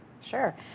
Sure